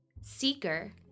seeker